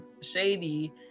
shady